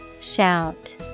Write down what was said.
Shout